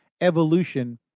evolution